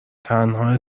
تنها